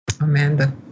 amanda